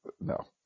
no